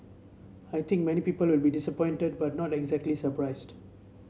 I think many people will be disappointed but not exactly surprised